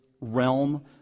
realm